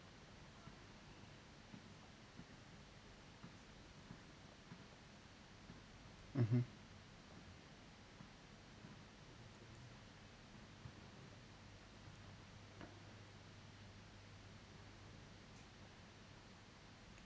mmhmm